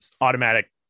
automatic